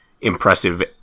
impressive